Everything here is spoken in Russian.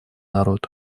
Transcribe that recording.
народ